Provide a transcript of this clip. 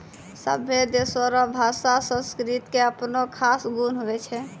सभै देशो रो भाषा संस्कृति के अपनो खास गुण हुवै छै